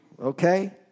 okay